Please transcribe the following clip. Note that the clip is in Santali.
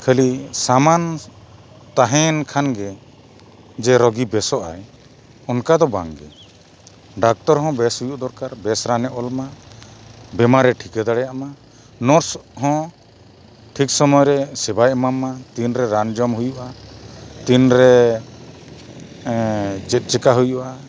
ᱠᱷᱟ ᱞᱤ ᱥᱟᱢᱟᱱ ᱛᱟᱦᱮᱱ ᱠᱷᱟᱱ ᱜᱮ ᱡᱮ ᱨᱳᱜᱤ ᱵᱮᱥᱚᱜ ᱟᱭ ᱚᱱᱠᱟ ᱫᱚ ᱵᱟᱝᱜᱮ ᱰᱟᱠᱛᱚᱨ ᱦᱚᱸ ᱵᱮᱥ ᱦᱩᱭᱩᱜ ᱫᱚᱨᱠᱟᱨ ᱵᱮᱥ ᱨᱟᱱᱮ ᱚᱞᱢᱟ ᱵᱮᱢᱟᱨᱮ ᱴᱷᱤᱠᱟᱹ ᱫᱟᱲᱮᱭᱟᱜ ᱢᱟ ᱱᱟᱨᱥ ᱦᱚᱸ ᱴᱷᱤᱠ ᱥᱚᱢᱚᱭ ᱨᱮ ᱥᱮᱵᱟᱭ ᱮᱢᱟᱢ ᱢᱟ ᱛᱤᱱᱨᱮ ᱨᱟᱱ ᱡᱚᱢ ᱦᱩᱭᱩᱜᱼᱟ ᱛᱤᱱᱨᱮ ᱪᱮᱫ ᱪᱤᱠᱟᱹ ᱦᱩᱭᱩᱜᱼᱟ